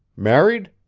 married?